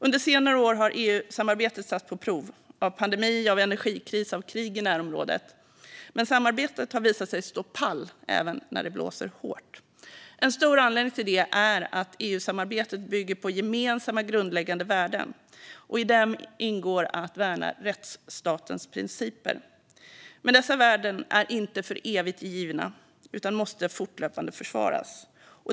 Under senare har EU-samarbetet satts på prov av pandemi, av energikris och av krig i närområdet. Men samarbetet har visat sig stå pall även när det blåser hårt. En stor anledning till det är att EU-samarbetet bygger på gemensamma, grundläggande värden. I dem ingår att värna rättsstatens principer. Men dessa värden är inte för evigt givna utan måste fortlöpande försvaras.